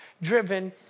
driven